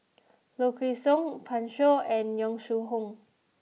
Low Kway Song Pan Shou and Yong Shu Hoong